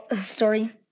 story